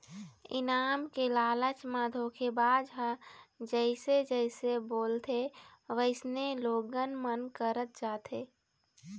इनाम के लालच म धोखेबाज ह जइसे जइसे बोलथे वइसने लोगन मन करत जाथे